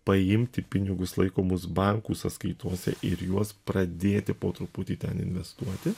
paimti pinigus laikomus bankų sąskaitose ir juos pradėti po truputį ten investuoti